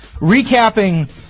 recapping